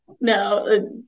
No